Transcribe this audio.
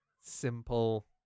simple